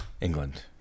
England